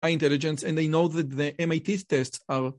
.high-intelligence, and they know that the MIT tests are